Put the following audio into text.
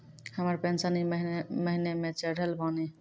हमर पेंशन ई महीने के चढ़लऽ बानी?